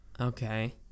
Okay